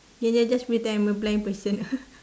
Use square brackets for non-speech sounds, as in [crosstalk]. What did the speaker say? ya ya just pretend I'm a blind person [laughs]